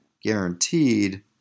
guaranteed